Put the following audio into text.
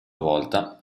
volta